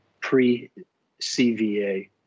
pre-CVA